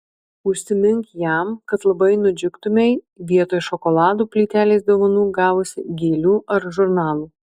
užsimink jam kad labai nudžiugtumei vietoj šokolado plytelės dovanų gavusi gėlių ar žurnalų